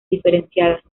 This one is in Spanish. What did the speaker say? diferencial